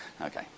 Okay